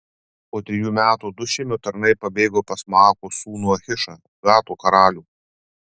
po trejų metų du šimio tarnai pabėgo pas maakos sūnų achišą gato karalių